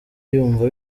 yumva